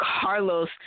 Carlos